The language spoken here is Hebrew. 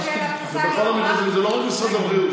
זה לא רק משרד הבריאות,